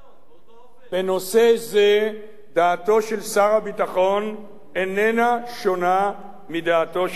בנושא זה דעתו של שר הביטחון איננה שונה מדעתו של ראש הממשלה.